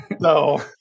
No